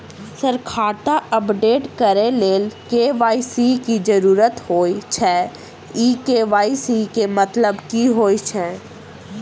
Sir खाता update करऽ लेल के.वाई.सी की जरुरत होइ छैय इ के.वाई.सी केँ मतलब की होइ छैय?